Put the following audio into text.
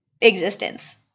existence